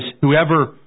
whoever